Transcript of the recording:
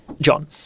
John